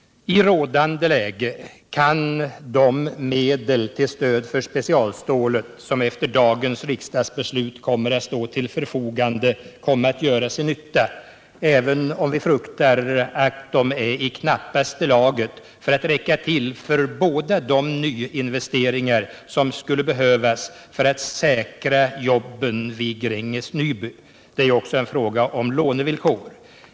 I rådande läge kan de medel till stöd för specialstålet som efter dagens riksdagsbeslut kommer att stå till förfogande komma att göra sin nytta, även om vi fruktar att de är i knappaste laget för att räcka till för båda de nyinvesteringar som skulle behövas för att säkra jobben vid Gränges Nyby. Det är också en fråga om lånevillkor.